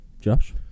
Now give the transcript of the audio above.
Josh